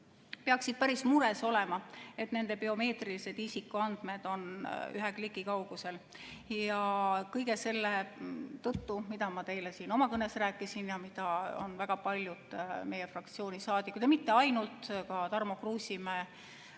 peaksid päris mures olema, et nende biomeetrilised isikuandmed on ühe kliki kaugusel. Kõige selle tõttu, mida ma teile siin oma kõnes rääkisin ja mida on [rääkinud] väga paljud meie fraktsiooni saadikud, ja mitte ainult nemad, ka Tarmo Kruusimäe